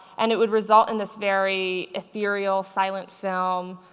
and it would result in this very ethereal silent film,